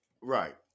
Right